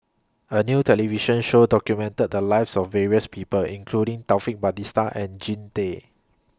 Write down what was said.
A New television Show documented The Lives of various People including Taufik Batisah and Jean Tay